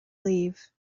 leave